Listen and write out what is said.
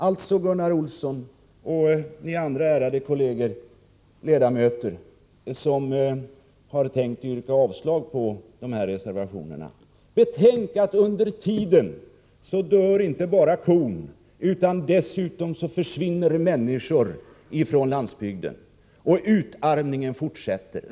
Alltså, Gunnar Olsson och ni andra ärade ledamöter som har tänkt yrka avslag på dessa reservationer, betänk att under tiden frågan bearbetas inträffar inte bara det att kon dör utan dessutom försvinner människor ifrån landsbygden och utarmningen fortsätter.